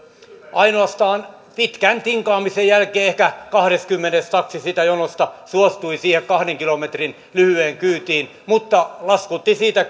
ainoastaan pitkän tinkaamisen jälkeen ehkä kahdeskymmenes taksi siitä jonosta suostui siihen kahden kilometrin lyhyeen kyytiin mutta laskutti siitä